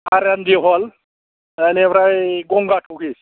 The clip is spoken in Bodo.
आर एन दि हल बेनिफ्राय गंगा ट'किस